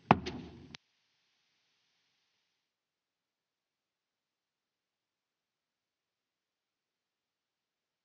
Kiitos.